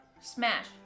smash